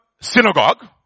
synagogue